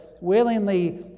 willingly